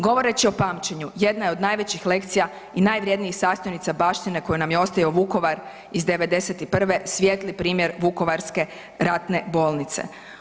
Govoreći o pamćenju jedna je od najvećih lekcija i najvrjednijih sastojnica baštine koju nam je ostavio Vukovar iz '91. svijetli primjer Vukovarske ratne bolnice.